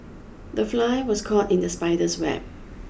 the fly was caught in the spider's web